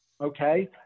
okay